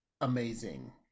amazing